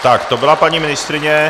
Tak to byla paní ministryně.